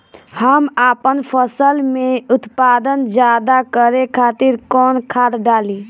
हम आपन फसल में उत्पादन ज्यदा करे खातिर कौन खाद डाली?